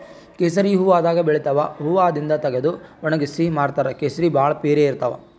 ಕೇಸರಿ ಹೂವಾದಾಗ್ ಬೆಳಿತಾವ್ ಹೂವಾದಿಂದ್ ತಗದು ವಣಗ್ಸಿ ಮಾರ್ತಾರ್ ಕೇಸರಿ ಭಾಳ್ ಪಿರೆ ಇರ್ತವ್